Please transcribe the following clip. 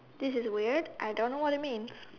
this is weird I don't know what it means